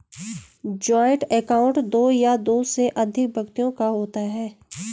joint account दो या दो से अधिक व्यक्तियों का होता है